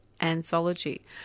Anthology